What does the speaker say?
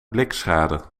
blikschade